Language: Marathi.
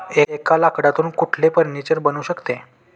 एका लाकडातून कुठले फर्निचर बनू शकते?